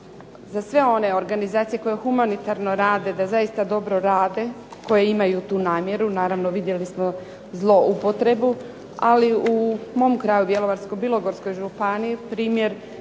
za sve one organizacije koje humanitarno rade da zaista dobro rade koji imaju tu namjeru, naravno vidjeli smo zloupotrebu. Ali u mom kraju Bjelovarsko-bilogorskoj županiji primjer